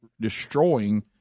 destroying